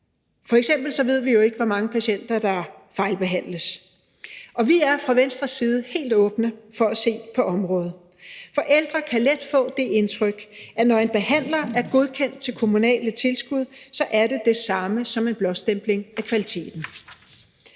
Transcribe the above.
F.eks. ved vi jo ikke, hvor mange patienter der fejlbehandles. Og vi er fra Venstres side helt åbne for at se på området. For ældre kan let få det indtryk, at når en behandler er godkendt til kommunale tilskud, er det det samme som en blåstempling af kvaliteten.